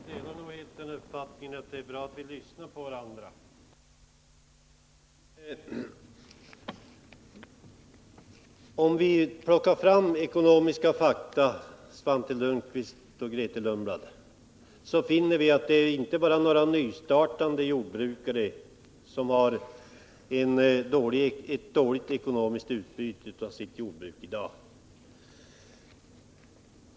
Herr talman! Jag delar uppfattningen att det är bra att vi lyssnar på varandra. Men om vi plockar fram ekonomiska fakta, Svante Lundkvist och Grethe Lundblad, finner vi att det är inte bara några nystartande jordbrukare som har ett dåligt ekonomiskt utbyte av sitt jordbruk i dag.